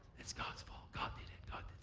it's god's fault. god did it. god